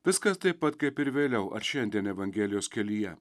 viskas taip pat kaip ir vėliau ar šiandien evangelijos kelyje